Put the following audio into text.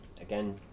Again